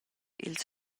ils